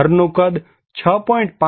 ઘર નું કદ 6